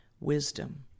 wisdom